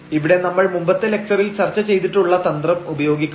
ഇവിടെ നമ്മൾ മുമ്പത്തെ ലക്ചറിൽ ചർച്ച ചെയ്തിട്ടുള്ള തന്ത്രം ഉപയോഗിക്കണം